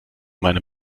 meiner